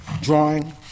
Drawing